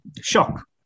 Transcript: Shock